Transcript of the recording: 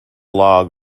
log